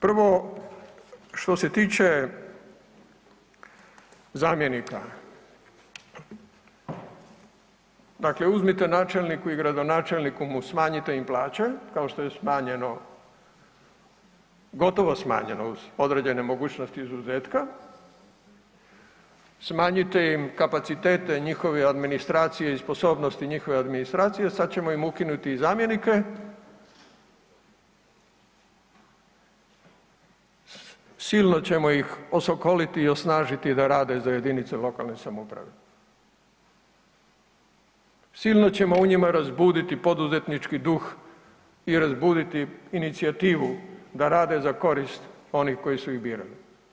Prvo, što se tiče zamjenika, dakle uzmite načelniku i gradonačelniku smanjite im plaće kao što je smanjeno gotovo smanjeno uz određene mogućnosti izuzetka, smanjite im kapacitete njihove administracije i sposobnosti njihove administracije, sada ćemo im ukinuti i zamjenike silno ćemo ih osokoliti i osnažiti da rade za jedinice lokalne samouprave, silno ćemo u njima razbuditi poduzetnički duh i razbuditi inicijativu da rade za korist onih koji su ih birali.